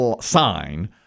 sign